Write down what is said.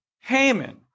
Haman